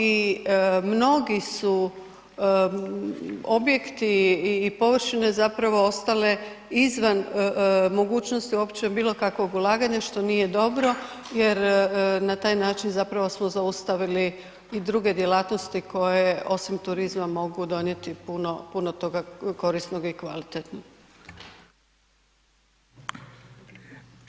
I mnogi su objekti i površine zapravo ostale izvan mogućnost uopće bilo kakvog ulaganja što nije dobro jer na taj način zapravo smo zaustavili i druge djelatnosti koje osim turizma mogu donijeti puno, puno toga korisnoga i kvalitetno.